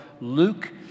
Luke